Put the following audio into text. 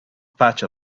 patch